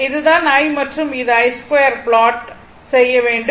இது தான் i மற்றும் i2 ஐ ப்லாட் செய்ய வேண்டும்